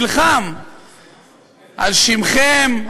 נלחם על שמכם,